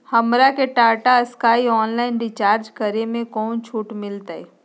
हमरा के Tata Sky online recharge करे में कोई छूट मिलतई